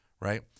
right